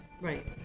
Right